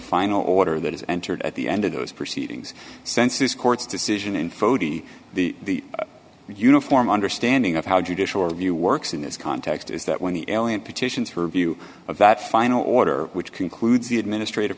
final order that is entered at the end of those proceedings sense this court's decision in foti the uniform understanding of how judicial review works in this context is that when the alien petitions her view of that final order which concludes the administrative